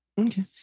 Okay